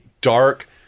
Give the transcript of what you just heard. dark